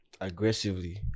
Aggressively